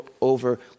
over